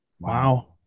Wow